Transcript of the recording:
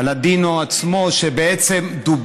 הלדינו עצמו, שרוב